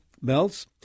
melts